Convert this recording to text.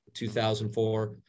2004